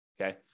Okay